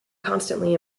constantly